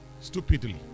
stupidly